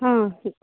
ಹಾಂ